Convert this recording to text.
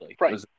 right